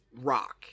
rock